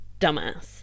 dumbass